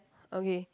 okay